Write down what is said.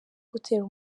gutera